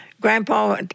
Grandpa